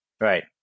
Right